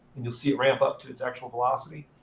and you'll see it ramp up to its actual velocity.